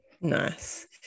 Nice